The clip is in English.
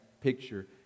picture